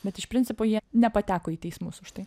bet iš principo jie nepateko į teismus už tai